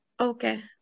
Okay